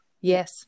yes